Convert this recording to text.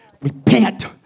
repent